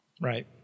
Right